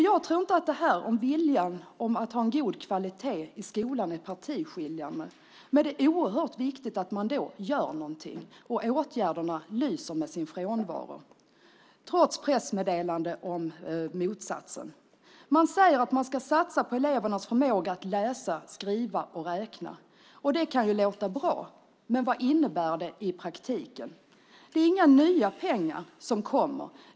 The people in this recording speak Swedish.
Jag tror inte att viljan att ha en god kvalitet i skolan är partiskiljande, men det är oerhört viktigt att man då gör någonting. Åtgärderna lyser med sin frånvaro, trots pressmeddelande om motsatsen. Man säger att man ska satsa på elevernas förmåga att läsa, skriva och räkna. Det kan låta bra, men vad innebär det i praktiken? Det är inga nya pengar som kommer.